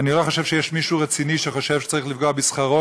לא חושב שיש מישהו רציני שחושב שצריך לפגוע בשכרו,